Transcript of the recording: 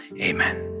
Amen